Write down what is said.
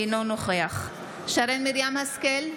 אינו נוכח שרן מרים השכל,